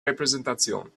repräsentation